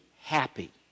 happy